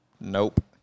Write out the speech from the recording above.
nope